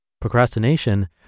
Procrastination